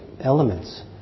elements